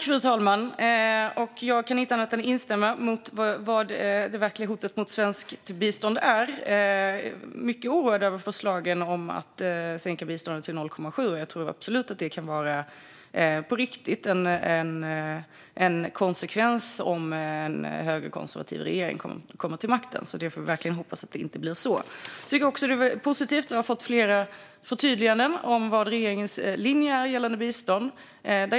Fru talman! Jag kan inte annat än instämma i vad det verkliga hotet mot svenskt bistånd är. Jag är mycket oroad över förslagen om att sänka biståndet till 0,7 procent. Jag tror absolut att detta kan bli en konsekvens om en högerkonservativ regering kommer till makten, så vi får verkligen hoppas att det inte blir så. Jag tycker att det är positivt att jag har fått flera förtydliganden om vad regeringens linje är gällande bistånd.